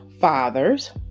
fathers